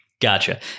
Gotcha